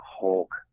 Hulk